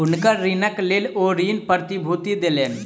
हुनकर ऋणक लेल ओ ऋण प्रतिभूति देलैन